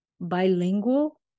bilingual